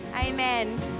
Amen